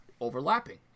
overlapping